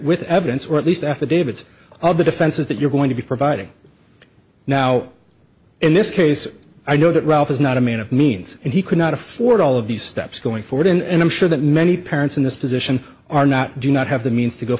with evidence or at least affidavits of the defenses that you're going to be providing now in this case i know that ralph is not a man of means and he could not afford all of these steps going forward and i'm sure that many parents in this position are not do not have the means to go